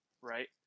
right